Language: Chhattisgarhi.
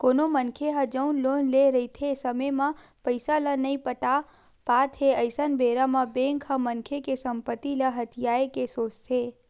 कोनो मनखे ह जउन लोन लेए रहिथे समे म पइसा ल नइ पटा पात हे अइसन बेरा म बेंक ह मनखे के संपत्ति ल हथियाये के सोचथे